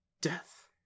death